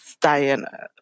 Diana